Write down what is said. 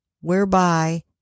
whereby